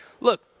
look